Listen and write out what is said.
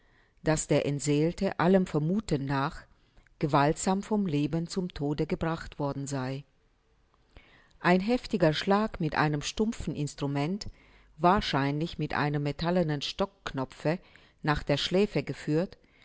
daß der entseelte allem vermuthen nach gewaltsam vom leben zum tode gebracht worden sei ein heftiger schlag mit einem stumpfen instrument wahrscheinlich mit einem metallenen stockknopfe nach der schläfe geführt